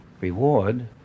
reward